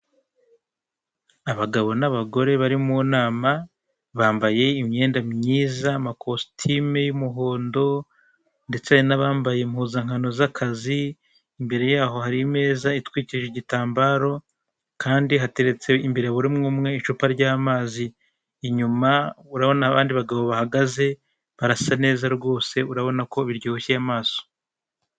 Abagabo n'abagore bari mu nama bambaye imyenda myiza, amakositime y'umuhondo ndetse hari n'abambaye impuzankano z'akazi. Imbere yaho hari imeza itwikiriye igitambaro kandi hateretse imbere buri umwe umwe icupa ry'amazi, inyuma urabona abandi bagabo bahagaze barasa neza rwose urabona ko biryoheye amaso.